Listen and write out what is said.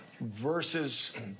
versus